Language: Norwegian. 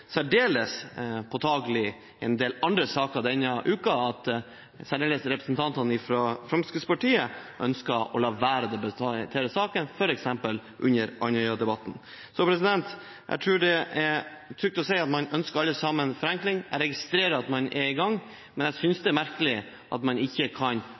særdeles påtakelig i en del andre saker denne uken at særlig representantene fra Fremskrittspartiet ikke har ønsket å debattere, f.eks. under Andøya-debatten. Jeg tror det er trygt å si at alle sammen ønsker forenkling. Jeg registrerer at man er i gang, men jeg synes det er merkelig at man ikke kan